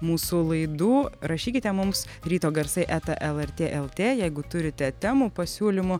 mūsų laidų rašykite mums ryto garsai eta lrt lt jeigu turite temų pasiūlymų